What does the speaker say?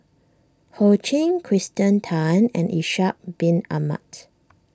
Ho Ching Kirsten Tan and Ishak Bin Ahmad